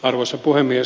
arvoisa puhemies